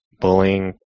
Bullying